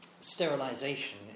sterilization